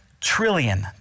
trillion